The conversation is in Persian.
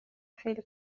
خیلی